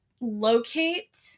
locate